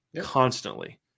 constantly